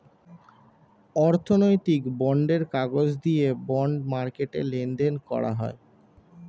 অর্থনৈতিক বন্ডের কাগজ দিয়ে বন্ড মার্কেটে লেনদেন করা হয়